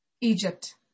Egypt